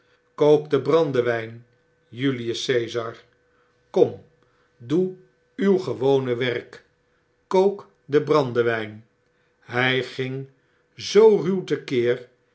julius cesar i kom doe uw gewone werk kook den brandewyn hy ging zoo ruw te keer